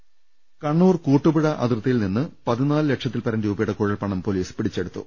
് കണ്ണൂർ കൂട്ടുപുഴ അതിർത്തിയിൽ നിന്ന് പതിനാലുലക്ഷത്തിൽപരം രൂപയുടെ കുഴൽപ്പണം പൊലീസ് പിടിച്ചെടുത്തു